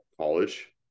college